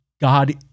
God